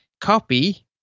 copy